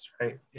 right